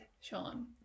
Sean